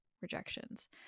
rejections